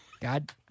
God